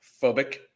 phobic